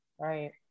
right